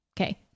Okay